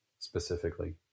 specifically